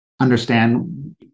understand